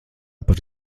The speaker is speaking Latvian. par